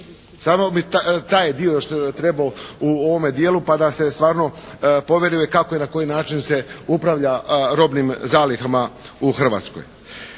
Samo bi taj dio još trebao u ovome dijelu pa da se stvarno … /Govornik se ne razumije./ … kako i na koji način se upravlja robnim zalihama u Hrvatskoj.